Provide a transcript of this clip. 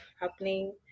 happening